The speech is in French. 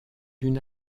d’une